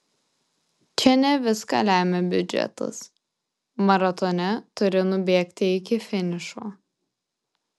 čia ne viską lemia biudžetas maratone turi nubėgti iki finišo